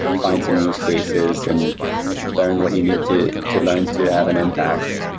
find some use cases and learn what you need to to learn to have an impact.